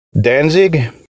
Danzig